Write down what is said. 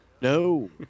No